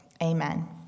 amen